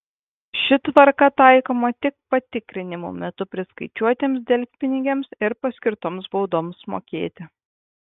ši tvarka taikoma tik patikrinimų metu priskaičiuotiems delspinigiams ir paskirtoms baudoms mokėti